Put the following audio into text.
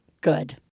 Good